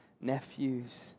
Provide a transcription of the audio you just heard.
nephews